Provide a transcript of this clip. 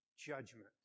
judgment